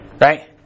right